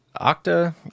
octa